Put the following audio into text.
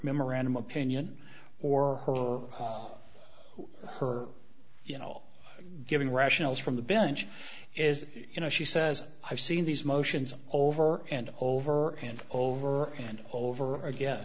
memorandum opinion or her or her you know all giving rationals from the bench is you know she says i've seen these motions over and over and over and over again